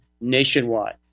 nationwide